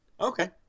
Okay